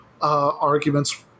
arguments